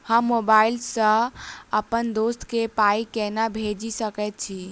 हम मोबाइल सअ अप्पन दोस्त केँ पाई केना भेजि सकैत छी?